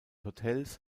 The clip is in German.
hotels